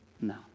No